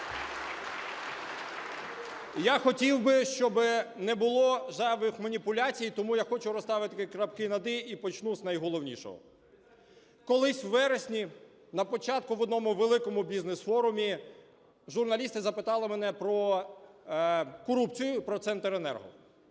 я хотів би, щоби не було зайвих маніпуляцій, тому я хочу розставити крапки над "і" і почну з найголовнішого. Колись у вересні, на початку, в одному великому бізнес-форумі журналісти запитали мене про корупцію, про "Центренерго".